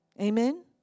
Amen